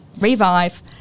revive